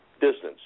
distance